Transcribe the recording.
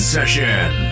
Session